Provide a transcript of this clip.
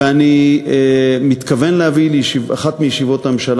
ואני מתכוון להביא לאחת מישיבות הממשלה